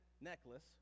necklace